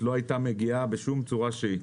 לא הייתה מגיעה בשום צורה שהיא.